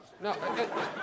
No